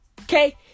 Okay